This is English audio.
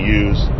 use